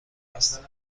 هستیم